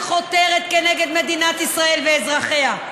לא תרבות שחותרת תחת מדינת ישראל ואזרחיה.